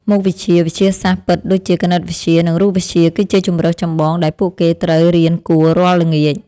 មុខវិជ្ជាវិទ្យាសាស្ត្រពិតដូចជាគណិតវិទ្យានិងរូបវិទ្យាគឺជាជម្រើសចម្បងដែលពួកគេត្រូវរៀនគួររាល់ល្ងាច។